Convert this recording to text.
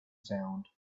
sound